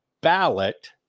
ballot